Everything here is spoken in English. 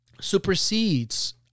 supersedes